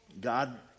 God